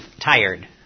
tired